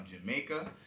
jamaica